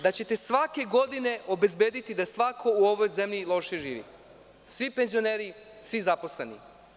Da ćete svake godine obezbediti da svako u ovoj zemlji lošije živi, svi penzioneri, svi zaposleni?